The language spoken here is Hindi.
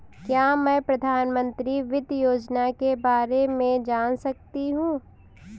क्या मैं प्रधानमंत्री वित्त योजना के बारे में जान सकती हूँ?